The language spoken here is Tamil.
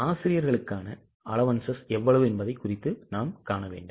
ஆசிரியர்களுக்கான allowances எவ்வளவு என்பதைக் குறித்து காண வேண்டும்